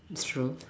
that's true